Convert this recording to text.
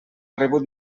rebut